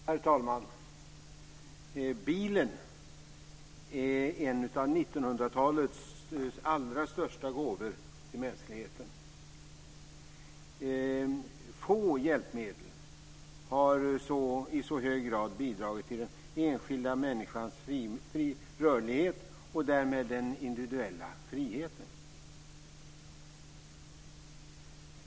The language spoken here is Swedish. Herr talman! Bilen är en av 1900-talets allra största gåvor till mänskligheten. Få hjälpmedel har i så hög grad bidragit till den enskilda människans rörlighet och därmed den individuella friheten.